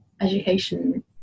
education